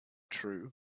true